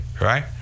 right